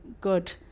good